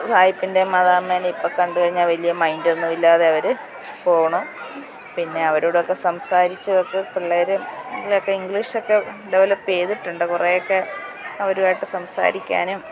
സായപ്പിൻ്റെയും മദാമേനെയും ഇപ്പം കണ്ടു കഴിഞ്ഞാൽ വലിയ മൈൻഡൊന്നും ഇല്ലാതെ അവർ പോകുന്നു പിന്നെ അവരോടൊക്കെ സംസാരിച്ചൊക്കെ പിള്ളേർ ഇതൊക്കെ ഇംഗ്ലീഷൊക്കെ ഡെവലപ്പ് ചെയ്തിട്ടുണ്ട് കൊറേയൊക്കെ അവരുമായിട്ട് സംസാരിക്കാനും